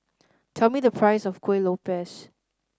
tell me the price of Kueh Lopes